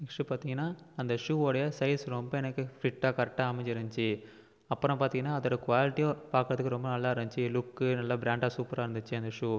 next பார்த்தீங்கன்னா அந்த ஷூவோடைய சைஸ் ரொம்ப எனக்கு ஃபிட்டாக கரட்டாக அமைஞ்சுருந்துச்சி அப்புறம் பார்த்தீங்கன்னா அதோடய க்வாலிட்டியும் பார்க்கறதுக்கு ரொம்ப நல்லா இருந்துச்சு லுக்கு நல்லா ப்ரேண்டா சூப்பராக இருந்துச்சு அந்த ஷூ